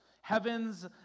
Heaven's